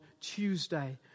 Tuesday